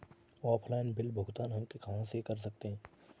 Offline bill भुगतान हम कहां कर सकते हैं?